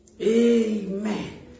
Amen